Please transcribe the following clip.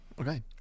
okay